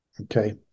Okay